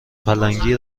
پلنگی